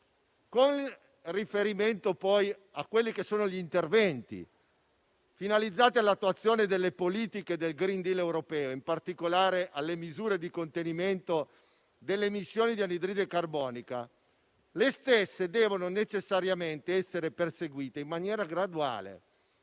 Con riferimento agli interventi finalizzati all'attuazione delle politiche del *green deal* europeo, in particolare alle misure di contenimento delle emissioni di anidride carbonica, esse devono necessariamente essere perseguite in maniera graduale